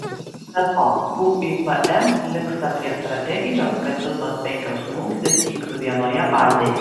be to uipm linksta prie strategijos kad visos penkios rungtys vyktų vienoje bazėje